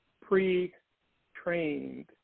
pre-trained